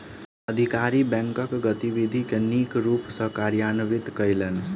अधिकारी बैंकक गतिविधि के नीक रूप सॅ कार्यान्वित कयलैन